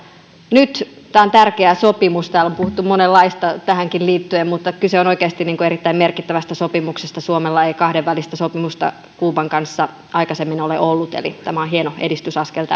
nyt tämä on tärkeä sopimus täällä on puhuttu monenlaista tähänkin liittyen mutta kyse on oikeasti erittäin merkittävästä sopimuksesta suomella ei kahdenvälistä sopimusta kuuban kanssa aikaisemmin ole ollut eli on hieno edistysaskel